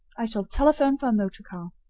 i shall telephone for a motor car.